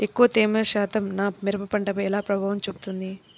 ఎక్కువ తేమ నా మిరప పంటపై ఎలా ప్రభావం చూపుతుంది?